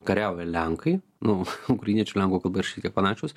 kariauja lenkai nu ukrainiečių lenkų kalba irgi šiek tiek panašios